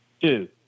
two